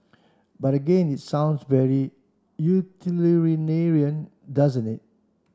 but again it sounds very doesn't it